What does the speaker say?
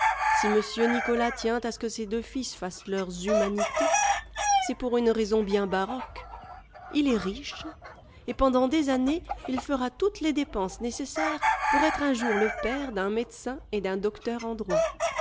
si m nicolas tient à ce que ses deux fils fassent leurs humanités c'est pour une raison bien baroque il est riche et pendant des années il fera toutes les dépenses nécessaires pour être un jour le père d'un médecin et d'un docteur